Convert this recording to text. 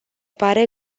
pare